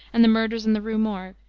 and the murders in the rue morgue,